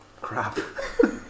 crap